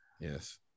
Yes